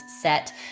set